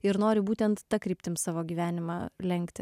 ir nori būtent ta kryptim savo gyvenimą lenkti